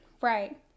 Right